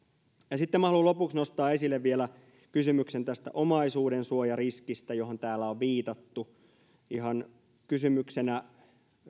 ja minä haluan lopuksi nostaa vielä esille kysymyksen tästä omaisuudensuojariskistä johon täällä on viitattu ihan kysymyksenä